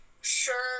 sure